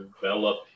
develop